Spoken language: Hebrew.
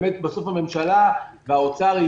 בסוף הממשלה והאוצר,